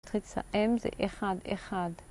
אני צריכה לסיים, זה 1-1